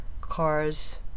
cars